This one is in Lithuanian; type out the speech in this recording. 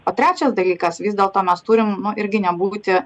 o trečias dalykas vis dėlto mes turim nu irgi nebūti